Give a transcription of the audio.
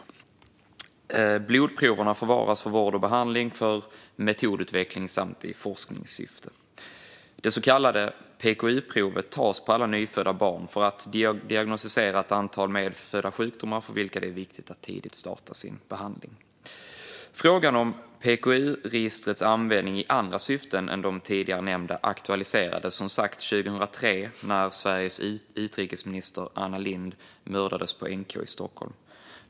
Blodproverna förvaras för vård och behandling, för metodutveckling samt i forskningssyfte. Det så kallade PKU-provet tas på alla nyfödda barn för att diagnostisera ett antal medfödda sjukdomar för vilka det är viktigt att tidigt starta behandling. Frågan om PKU-registrets användning i andra syften än de tidigare nämnda aktualiserades som sagt år 2003 när Sveriges utrikesminister Anna Lindh mördades på NK i Stockholm.